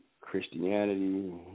Christianity